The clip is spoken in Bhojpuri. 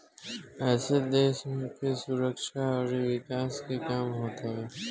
एमे देस के सुरक्षा अउरी विकास के काम होत हवे